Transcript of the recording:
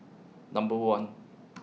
Number one